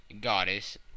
goddess